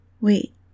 Wait